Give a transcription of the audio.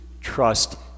trust